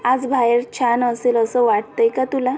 आज बाहेर छान असेल असं वाटतं आहे का तुला